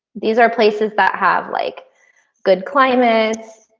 these are places that have like good climates,